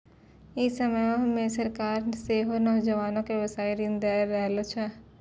इ समयो मे सरकारें सेहो नौजवानो के व्यवसायिक ऋण दै रहलो छै